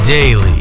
Daily